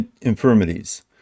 infirmities